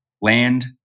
land